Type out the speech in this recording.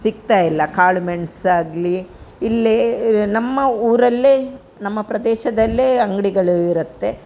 ಸಿಗ್ತಾ ಇಲ್ಲ ಕಾಳು ಮೆಣಸಾಗ್ಲಿ ಇಲ್ಲೇ ನಮ್ಮ ಊರಲ್ಲೇ ನಮ್ಮ ಪ್ರದೇಶದಲ್ಲೇ ಅಂಗಡಿಗಳು ಇರುತ್ತೆ